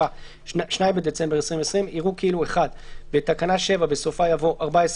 תשפ"א (2 בדצמבר 2020ׂ) יראו כאילו בתקנה 7 בסופה יבוא - (14)